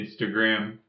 Instagram